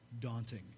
daunting